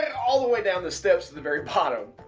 all the way down the steps to the very bottom.